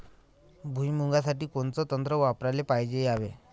भुइमुगा साठी कोनचं तंत्र वापराले पायजे यावे?